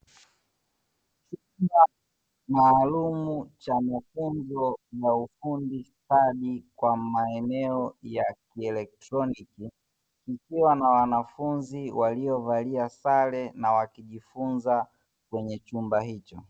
Chumba maalumu cha mafunzo na ufundi stadi, kwa maeneo ya kieletroniki kukiwa na wanafunzi waliovalia sare na wakijifunza kwenye chumba hicho.